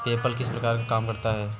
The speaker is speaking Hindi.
पेपल किस प्रकार काम करता है?